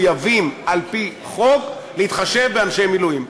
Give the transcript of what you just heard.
מחויבים על-פי חוק להתחשב באנשי מילואים.